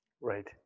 right